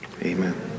Amen